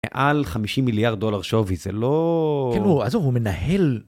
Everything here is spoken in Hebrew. מעל 50 מיליארד דולר שווי, זה לא... כאילו, עזוב הוא מנהל...